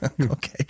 Okay